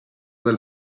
del